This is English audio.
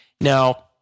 Now